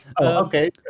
Okay